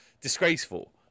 disgraceful